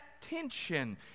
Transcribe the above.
tension